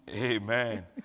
Amen